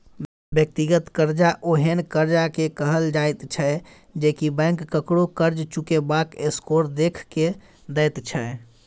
व्यक्तिगत कर्जा ओहेन कर्जा के कहल जाइत छै जे की बैंक ककरो कर्ज चुकेबाक स्कोर देख के दैत छै